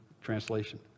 translation